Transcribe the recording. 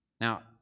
Now